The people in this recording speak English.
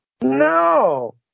No